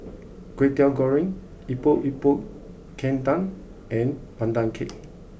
Kway Teow goreng Epok Epok Kentang and Pandan Cake